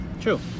True